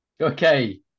Okay